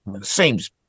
seems